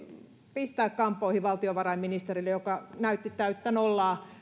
pistää kampoihin valtiovarainministerille joka näytti täyttä nollaa